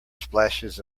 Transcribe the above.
splashes